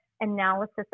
analysis